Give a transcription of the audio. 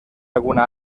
alguna